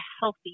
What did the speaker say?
healthy